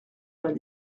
vingt